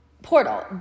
portal